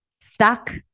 stuck